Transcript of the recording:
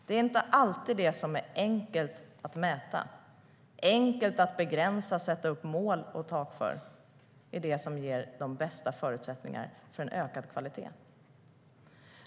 Det är inte alltid det som är enkelt att mäta, enkelt att begränsa och sätta upp mål och tak för som ger de bästa förutsättningarna för en ökad kvalitet.